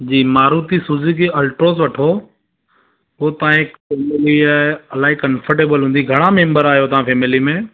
जी Maruti Suzuki Alto वठो उहा तव्हांजे फैमिली लाइ इलाही कंफर्टेबल हूंदी घणा मेंम्बर आहियो तव्हां फैमिली में